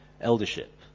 eldership